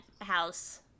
house